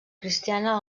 cristiana